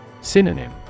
Synonym